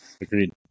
Agreed